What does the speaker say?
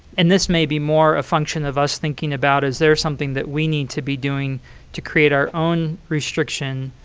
and this may be more a function of us thinking about is there something that we need to be doing to create our own restriction.